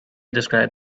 described